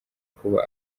kuba